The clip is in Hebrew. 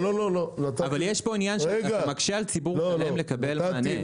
אתה מקשה על ציבור שלם לקבל מענה.